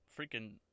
freaking